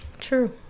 True